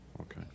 okay